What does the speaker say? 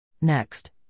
Next